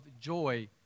joy